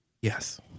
Yes